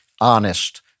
honest